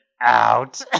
out